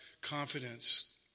confidence